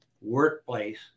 workplace